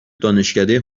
دانشکده